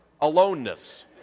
aloneness